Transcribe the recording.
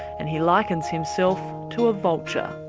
and he likens himself to a vulture.